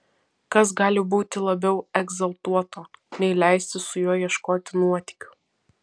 kas gali būti labiau egzaltuoto nei leistis su juo ieškoti nuotykių